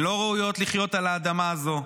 הן לא ראויות לחיות על האדמה הזו,